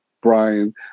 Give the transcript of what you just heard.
Brian